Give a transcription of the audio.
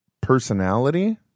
personality